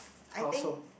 I think